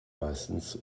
meistens